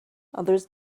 others